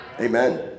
Amen